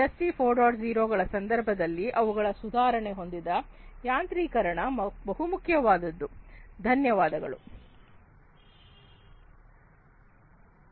0ಗಳ ಸಂದರ್ಭದಲ್ಲಿ ಅವುಗಳ ಸುಧಾರಣೆ ಹೊಂದಿದ ಯಾಂತ್ರೀಕರಣ ಬಹಳ ಮುಖ್ಯವಾದದ್ದು